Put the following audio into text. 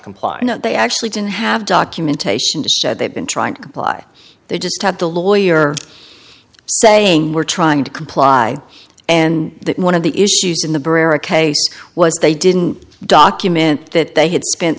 comply not they actually didn't have documentation to said they've been trying to comply they just had the lawyer saying we're trying to comply and that one of the issues in the barricade was they didn't document that they had spent